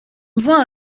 voix